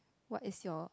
what is your